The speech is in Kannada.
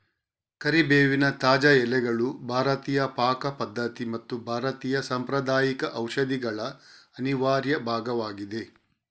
ಕರಿಬೇವಿನ ತಾಜಾ ಎಲೆಗಳು ಭಾರತೀಯ ಪಾಕ ಪದ್ಧತಿ ಮತ್ತು ಭಾರತೀಯ ಸಾಂಪ್ರದಾಯಿಕ ಔಷಧಿಗಳ ಅನಿವಾರ್ಯ ಭಾಗವಾಗಿದೆ